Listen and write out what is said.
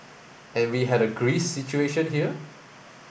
and we had a Greece situation here